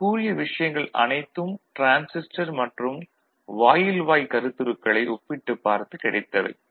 நான் கூறிய விஷயங்கள் அனைத்தும் டிரான்சிஸ்டர் மற்றும் வாயில்வாய் கருத்துருக்களை ஒப்பிட்டுப் பார்த்துக் கிடைத்தவை